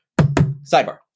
Sidebar